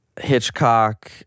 Hitchcock